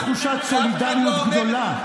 בתחושת סולידריות גדולה,